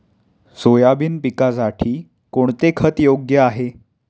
Soybean पिकासाठी कोणते खत योग्य आहे?